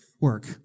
work